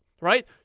Right